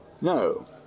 No